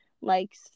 likes